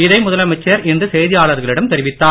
இதை முதலமைச்சர் இன்று செய்தியாளர்களிடம் தெரிவித்தார்